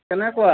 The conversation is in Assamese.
কেনেকুৱা